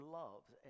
loves